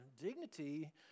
dignity